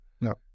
No